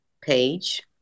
page